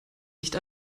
nicht